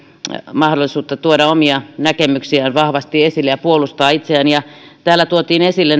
mahdollisuutta tuoda omia näkemyksiään vahvasti esille ja puolustaa itseään täällä tuotiin esille